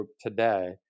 today